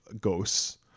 ghosts